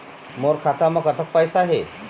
मोर खाता म कतक पैसा हे?